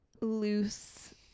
loose